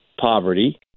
poverty